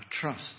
trust